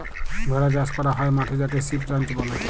ভেড়া চাস ক্যরা হ্যয় মাঠে যাকে সিপ রাঞ্চ ব্যলে